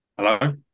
Hello